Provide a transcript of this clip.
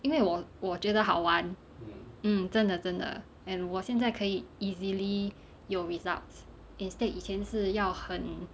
因为我我觉得好玩 mm 真的真的 and 我现在可以 easily 有 results instead 以前是要很